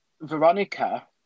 Veronica